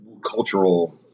Cultural